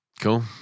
Cool